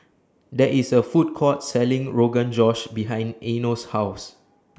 There IS A Food Court Selling Rogan Josh behind Eino's House